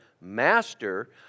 Master